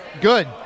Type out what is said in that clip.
Good